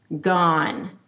gone